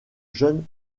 jeune